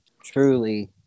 truly